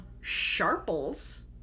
Sharples